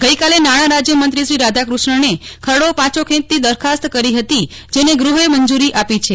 આજે નાણાં રાજ્યમંત્રી શ્રી રાધાક્રષ્ણને ખરડો પાછો ખેંચતી દરખાસ્ત કરી હતી જેને ગૃહે મંજુરી આપી છે